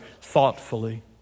thoughtfully